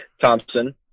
Thompson